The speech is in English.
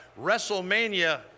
WrestleMania